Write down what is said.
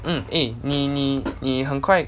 um eh 你你你很快